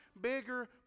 bigger